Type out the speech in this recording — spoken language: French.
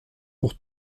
pour